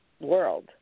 world